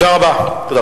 תודה רבה.